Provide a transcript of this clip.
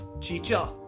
Chicha